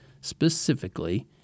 specifically